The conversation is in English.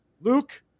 Luke